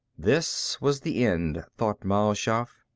this was the end, thought mal shaff.